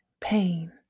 pain